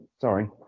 Sorry